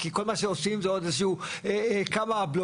כי כל מה שעושים זה עוד כמה בלוקים.